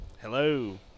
Hello